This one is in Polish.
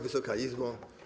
Wysoka Izbo!